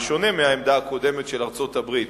בשונה מהעמדה הקודמת של ארצות-הברית,